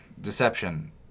Deception